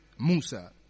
Musa